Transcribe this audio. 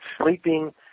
sleeping